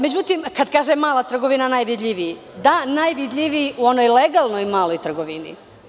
Međutim kada kažem mala trgovina najvidljiviji, da najvidljiviji u onoj legalnoj maloj trgovini.